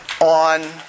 on